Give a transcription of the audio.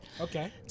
Okay